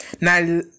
Now